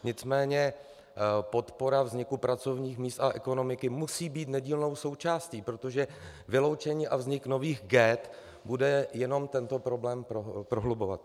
Nicméně podpora vzniku pracovních míst a ekonomiky musí být nedílnou součástí, protože vyloučení a vznik nových ghett bude jenom tento problém prohlubovat.